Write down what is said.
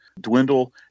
dwindle